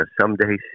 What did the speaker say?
someday